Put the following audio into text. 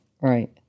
right